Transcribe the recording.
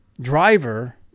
Driver